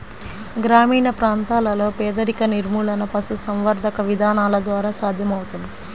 గ్రామీణ ప్రాంతాలలో పేదరిక నిర్మూలన పశుసంవర్ధక విధానాల ద్వారా సాధ్యమవుతుంది